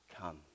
come